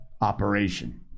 operation